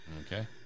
Okay